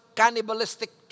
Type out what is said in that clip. cannibalistic